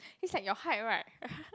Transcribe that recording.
he's like your height right